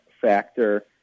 factor